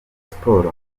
sports